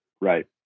Right